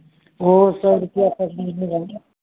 वह सब क्या